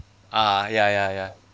ah ya ya ya